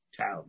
town